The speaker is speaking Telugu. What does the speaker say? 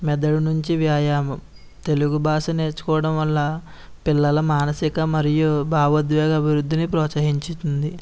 మెదడు నుంచి వ్యాయామం తెలుగు భాష నేర్చుకోవడం వల్ల పిల్లల మానసిక మరియు భావోద్వేగ అభివృద్ధిని ప్రోత్సహిస్తుంది